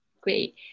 Great